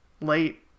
late